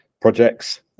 projects